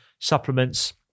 supplements